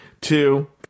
two